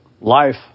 life